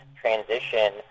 transition